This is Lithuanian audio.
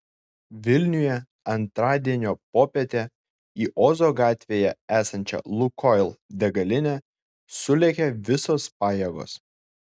vilniuje antradienio popietę į ozo gatvėje esančią lukoil degalinę sulėkė visos pajėgos